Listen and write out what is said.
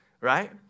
right